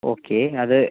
okay അത്